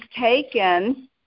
taken